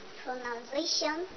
pronunciation